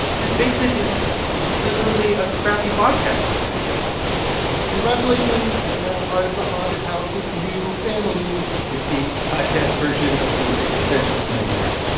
this basement is literally a crappy podcasting studio yeah congratulations. you're now part of the haunted house's new family it is the podcast version of the existentialist nightmare.